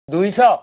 ଦୁଇଶହ